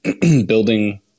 building